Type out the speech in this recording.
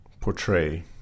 portray